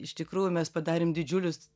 iš tikrųjų mes padarėme didžiulius